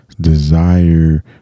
desire